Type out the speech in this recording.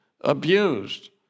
abused